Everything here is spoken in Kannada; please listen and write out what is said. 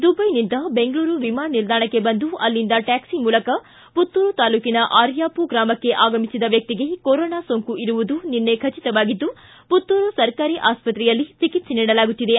ದುಬೈನಿಂದ ಬೆಂಗಳೂರು ವಿಮಾನ ನಿಲ್ದಾಣಕ್ಕೆ ಬಂದು ಅಲ್ಲಿಂದ ಟ್ಯಾಕ್ಷೆ ಮೂಲಕ ಪುತ್ತೂರು ತಾಲೂಕನ ಆರ್ಯಾಪು ಗ್ರಾಮಕ್ಷೆ ಆಗಮಿಸಿದ ವ್ಯಕ್ತಿಗೆ ಕೊರೋನಾ ಸೋಂಕು ಇರುವುದು ನಿನ್ನೆ ಖಚಿತವಾಗಿದ್ದು ಪುತ್ತೂರು ಸರಕಾರಿ ಆಸ್ಪತ್ರೆಯಲ್ಲಿ ಚಿಕಿತ್ಸೆ ನೀಡಲಾಗುತ್ತಿದೆ